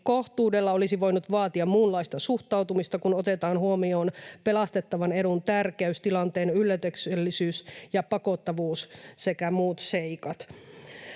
kohtuudella olisi voinut vaatia muunlaista suhtautumista, kun otetaan huomioon pelastettavan edun tärkeys, tilanteen yllätyksellisyys ja pakottavuus sekä muut seikat.”